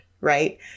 right